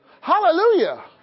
Hallelujah